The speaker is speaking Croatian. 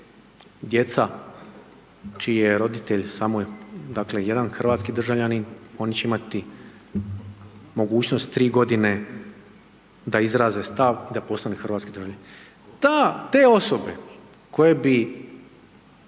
djeca čiji je roditelj samo dakle jedan hrvatski državljanin oni će imati mogućnost tri godine da izraze stav i da postanu hrvatski državljani. Te osobe koje bi,